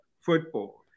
football